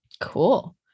Cool